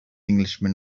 englishman